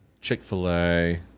Chick-fil-A